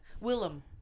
Willem